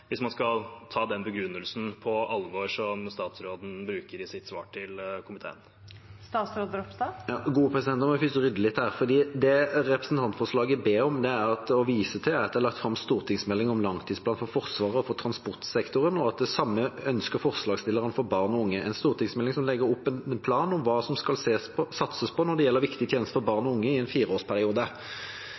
hvis man skal ta den begrunnelsen som statsråden bruker i sitt svar til komiteen, på alvor? Nå må vi først rydde litt her, for det representantforslaget gjør, er å vise til at det er lagt fram stortingsmelding om langtidsplan for Forsvaret og for transportsektoren, og forslagsstillerne ønsker det samme for barn og unge – en stortingsmelding som legger opp en plan om hva som skal satses på når det gjelder viktige tjenester for barn og unge i en fireårsperiode.